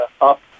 up